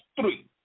three